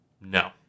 No